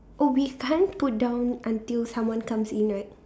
oh we can't put down until someone comes in right